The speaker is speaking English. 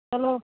hello